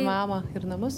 mamą ir namus